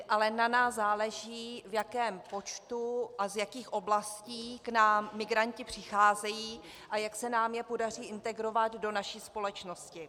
Ale na nás záleží, v jakém počtu a z jakých oblastí k nám migranti přicházejí a jak se nám je podaří integrovat do naší společnosti.